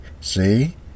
see